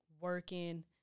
working